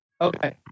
Okay